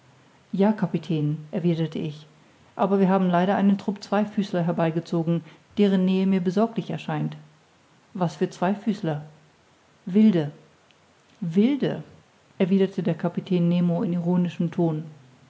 kapitän erwiderte ich aber wir haben leider einen trupp zweifüßler herbeigezogen deren nähe mir besorglich scheint was für zweifüßler wilde wilde erwiderte der kapitän nemo in ironischem ton